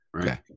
Okay